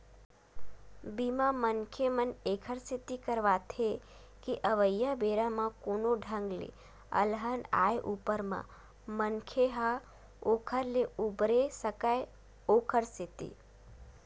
बीमा, मनखे मन ऐखर सेती करवाथे के अवइया बेरा म कोनो ढंग ले अलहन आय ऊपर म मनखे ह ओखर ले उबरे सकय ओखर सेती